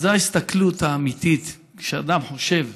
זו ההסתכלות האמיתית, כשאדם חושב